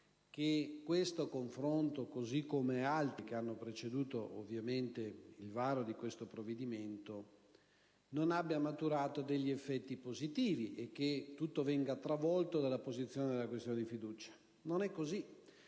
che questo confronto, così come altri che hanno preceduto il varo di questo provvedimento, non abbia maturato effetti positivi e che tutto venga travolto dall'apposizione della questione di fiducia. Non è così,